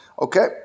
Okay